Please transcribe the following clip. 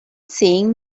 seeing